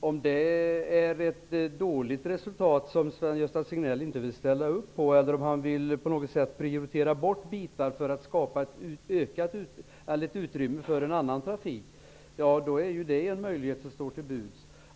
Om det är ett dåligt resultat som Sven-Gösta Signell inte vill ställa upp på, eller om han på något sätt vill ta bort bitar för att prioritera utrymme för annan trafik, är ju det en möjlighet som står till buds.